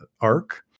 arc